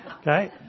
Okay